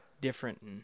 different